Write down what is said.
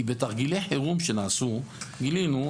כי בתרגילי חירום שנעשו גילינו,